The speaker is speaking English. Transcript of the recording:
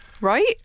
right